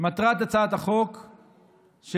מטרת הצעת החוק שלי,